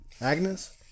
Agnes